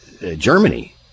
Germany